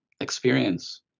experience